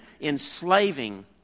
enslaving